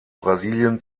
brasilien